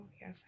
yes